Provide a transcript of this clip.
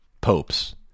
popes